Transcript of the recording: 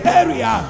area